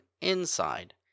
inside